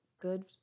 good